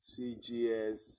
CGS